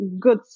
good